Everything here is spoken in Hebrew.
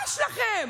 מה יש לכם?